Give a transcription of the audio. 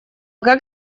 как